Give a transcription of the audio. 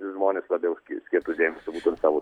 ir žmonės labiau skirtų dėmesio būtent savo